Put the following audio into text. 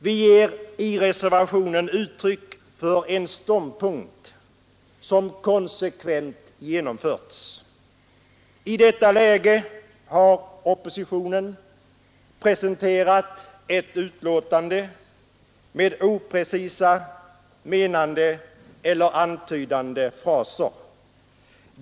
Vi ger i reservationen uttryck för den ståndpunkt som vi konsekvent har fasthållit vid. I detta läge har oppositionen presenterat ett betänkande med oprecisa, menande eller antydande fraser.